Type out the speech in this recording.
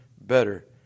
better